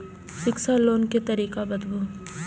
शिक्षा लोन के तरीका बताबू?